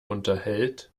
unterhält